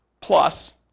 Plus